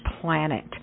planet